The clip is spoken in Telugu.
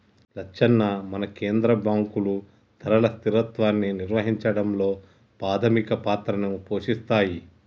లచ్చన్న మన కేంద్ర బాంకులు ధరల స్థిరత్వాన్ని నిర్వహించడంలో పాధమిక పాత్రని పోషిస్తాయి